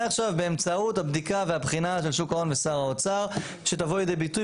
עכשיו באמצעות הבדיקה והבחינה של שוק ההון ושר האוצר שתבוא לידי ביטוי